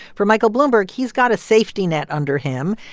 for michael bloomberg, he's got a safety net under him.